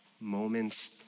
moments